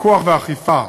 פיקוח ואכיפה,